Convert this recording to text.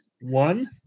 one